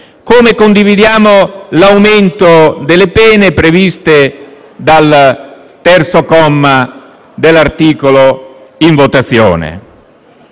come condividiamo l'aumento delle pene previste dal terzo comma dell'articolo in votazione.